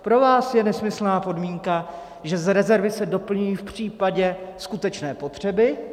Pro vás je nesmyslná podmínka, že z rezervy se doplňují v případě skutečné potřeby.